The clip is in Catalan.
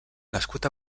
nascut